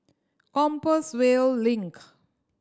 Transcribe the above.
Compassvale Link